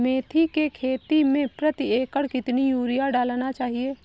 मेथी के खेती में प्रति एकड़ कितनी यूरिया डालना चाहिए?